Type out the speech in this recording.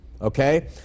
okay